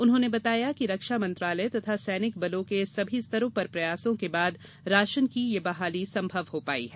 उन्होंने बताया कि रक्षा मंत्रालय तथा सैनिक बलों के सभी स्तरों पर प्रयासों के बाद राशन की यह बहाली संभव हो पायी है